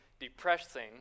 depressing